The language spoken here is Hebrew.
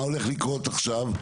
מה הולך לקרות עכשיו?